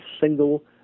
single